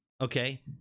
okay